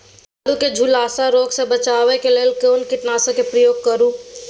आलू के झुलसा रोग से बचाबै के लिए केना कीटनासक के प्रयोग करू